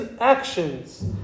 actions